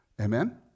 Amen